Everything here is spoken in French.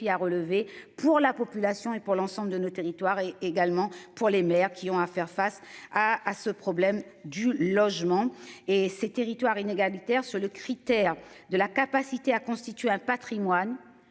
à relever pour la population et pour l'ensemble de nos territoires et également pour les mères qui ont à faire face à à ce problème du logement et ces territoires inégalitaire sur le critère de la capacité à constituer un Patrimoine.